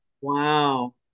Wow